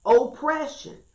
Oppression